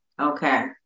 Okay